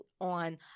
on